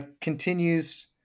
continues